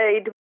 aid